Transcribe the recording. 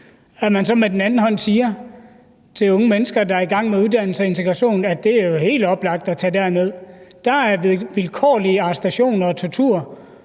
når man så på den anden side siger til unge mennesker, der er i gang med uddannelse og integration, at det er helt oplagt at tage derned. Der er vilkårlige arrestationer og tortur,